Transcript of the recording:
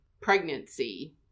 pregnancy